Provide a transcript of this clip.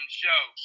show